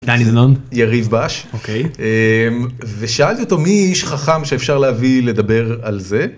יריב בש. -אוקיי. -ושאלתי אותו מי איש חכם שאפשר להביא לדבר על זה.